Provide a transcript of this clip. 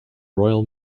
royal